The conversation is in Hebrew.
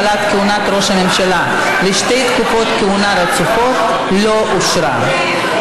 הגבלת כהונת ראש הממשלה לשתי תקופות כהונה רצופות) לא נתקבלה.